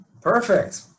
Perfect